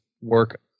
work